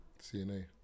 CNA